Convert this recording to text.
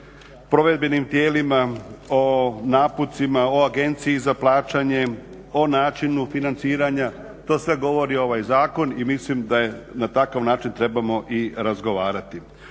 provedbenim tijelima, o naputcima, o Agenciji za plaćanje, o načinu financiranja. To sve govori ovaj zakon i mislim da na takav način trebamo i razgovarati.